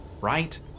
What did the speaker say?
right